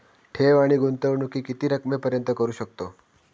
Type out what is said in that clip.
ठेव आणि गुंतवणूकी किती रकमेपर्यंत करू शकतव?